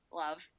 love